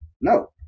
No